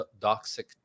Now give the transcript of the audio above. toxic